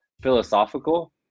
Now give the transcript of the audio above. philosophical